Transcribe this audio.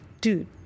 dude